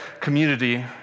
community